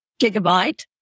Gigabyte